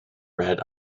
read